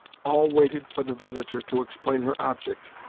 all waited for the visitor to explain her object,